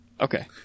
Okay